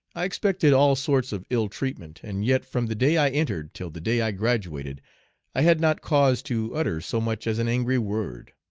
i expected all sorts of ill-treatment, and yet from the day i entered till the day i graduated i had not cause to utter so much as an angry word.